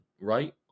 right